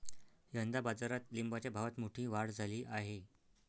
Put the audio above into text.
यंदा बाजारात लिंबाच्या भावात मोठी वाढ झाली आहे